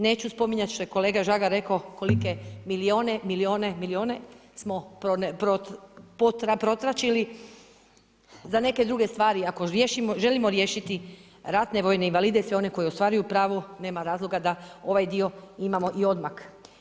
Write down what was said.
Neću spominjati, kao što je kolega Žagar rekao, kolike milijune, milijune, milijune, smo protraćili, za neke druge stvari, ako želimo riješiti ratne vojne invalide, sve one koji ostvaruju pravo, nema razloga da ovaj dio imamo i odmak.